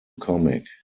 comic